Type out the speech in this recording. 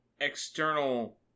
external